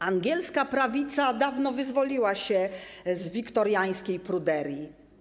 Angielska prawica dawno wyzwoliła się z wiktoriańskiej pruderii.